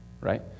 right